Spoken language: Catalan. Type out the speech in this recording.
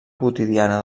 quotidiana